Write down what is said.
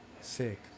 Sick